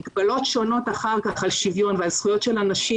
מגבלות שונות אחר כך על שוויון ועל זכויות של אנשים